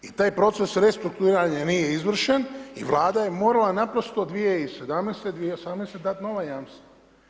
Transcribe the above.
I taj proces restrukturiranja nije izvršen i Vlada je morala naprosto 2017. i 2018. dat nova jamstva.